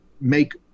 make